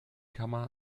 kammer